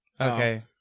Okay